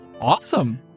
awesome